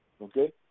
Okay